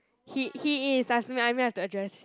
he he is address